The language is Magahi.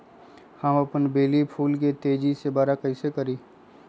हम अपन बेली फुल के तेज़ी से बरा कईसे करी?